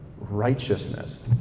righteousness